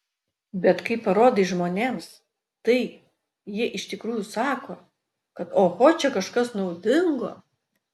bet kai parodai žmonėms tai jie iš tikrųjų sako kad oho čia kažkas naudingo